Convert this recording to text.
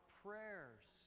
prayers